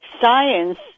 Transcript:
science